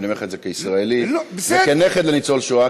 ואני אומר לך את זה כישראלי וכנכד לניצול שואה,